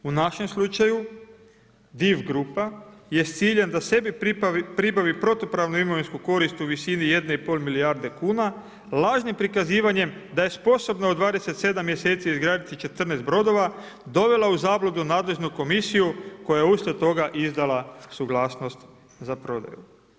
U našem slučaju Div grupa je s ciljem da sebi pribavi protupravnu imovinsku korist u visini 1,5 milijarde kuna lažnim prikazivanjem da je sposobna u 27 mjeseci izgraditi 14 brodova dovela u zabludu nadležnu komisiju koja je uslijed toga izdala suglasnost za prodaju.